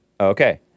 okay